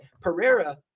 Pereira